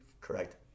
Correct